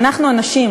אנחנו הנשים,